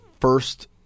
first